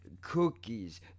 cookies